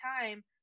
time